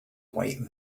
wait